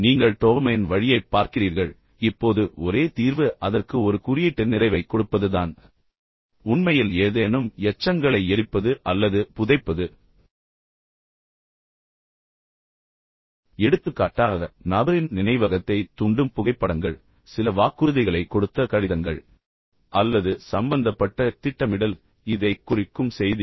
நீங்கள் டோபமைன் வழியைப் பார்க்கிறீர்கள் இப்போது ஒரே தீர்வு அதற்கு ஒரு குறியீட்டு நிறைவைக் கொடுப்பதுதான் உண்மையில் ஏதேனும் எச்சங்களை எரிப்பது அல்லது புதைப்பது எடுத்துக்காட்டாக நபரின் நினைவகத்தைத் தூண்டும் புகைப்படங்கள் சில வாக்குறுதிகளைக் கொடுத்த கடிதங்கள் அல்லது சம்பந்தப்பட்ட திட்டமிடல் இதைக் குறிக்கும் செய்திகள்